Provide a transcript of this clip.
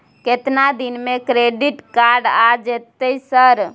केतना दिन में क्रेडिट कार्ड आ जेतै सर?